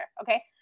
okay